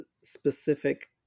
specific